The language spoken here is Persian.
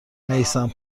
میثم